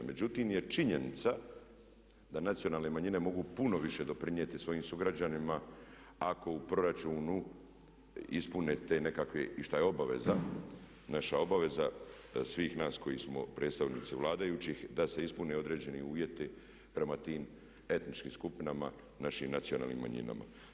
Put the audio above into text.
Međutim je činjenica da nacionalne manjine mogu puno više doprinijeti svojim sugrađanima ako u proračunu ispune te nekakve, i što je obaveza, naša obveza svih nas koji smo predstavnici vladajućih, da se ispune određeni uvjeti prema tim etničkim skupinama našim nacionalnim manjinama.